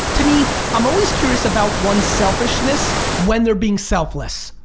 to me i'm always curious about ones selfishness when they're being selfless,